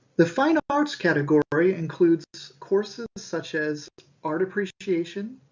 the final arts category includes courses such as art appreciation,